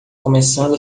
começando